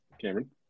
Cameron